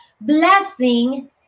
blessing